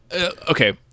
okay